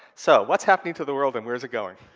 so, what's happening to the world and where's it going?